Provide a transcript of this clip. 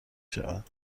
شوند